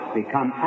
become